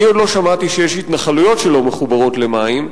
אני עוד לא שמעתי שיש התנחלויות שלא מחוברות למים.